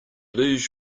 lose